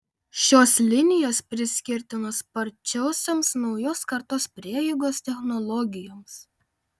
šios linijos priskirtinos sparčiosioms naujos kartos prieigos technologijoms